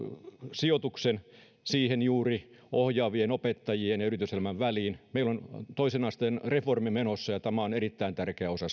sijoituksen juuri siihen ohjaavien opettajien ja yrityselämän väliin meillä on toisen asteen reformi menossa ja tämä on erittäin tärkeä osa